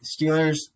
Steelers